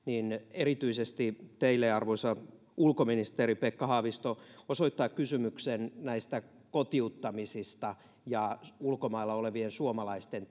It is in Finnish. erityisesti teille arvoisa ulkoministeri pekka haavisto osoittaa kysymyksen näistä kotiuttamisista ja ulkomailla olevien suomalaisten